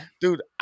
Dude